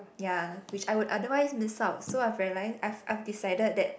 ya which I would otherwise miss out so I've realised I've I've decided that